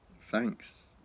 Thanks